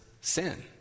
sin